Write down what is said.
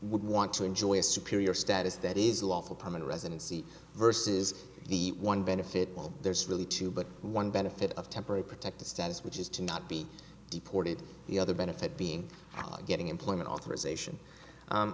would want to enjoy a superior status that is lawful permanent residency versus the one benefit there's really two but one benefit of temporary protected status which is to not be deported the other benefit being allocating employment authorization